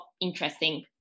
interesting